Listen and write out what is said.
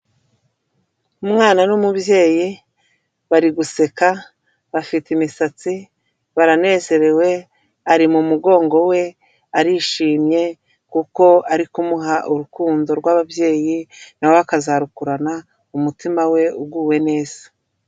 Umwana n'umubyeyi, bari guseka, bafite imisatsi, baranezerewe, ari mu mugongo we, arishimye, kuko ari kumuha urukundo rw'ababyeyi, nawe akazarukurana, umutima we uguwe neza.